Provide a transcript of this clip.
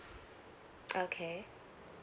okay